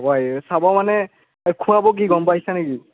এই চাবা মানে খোৱাব কি গম পাইছা নেকি